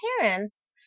parents